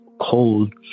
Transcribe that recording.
cold